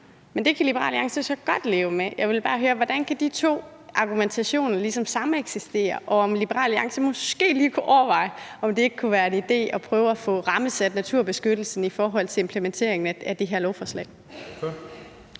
Men det kan Liberal Alliance altså godt leve med. Jeg vil bare høre: Hvordan kan de to argumentationer ligesom sameksistere, og kunne Liberal Alliance måske lige overveje, om det ikke kunne være en idé at prøve at få rammesat naturbeskyttelsen i forhold til implementeringen af det her lovforslag?